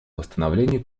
восстановлению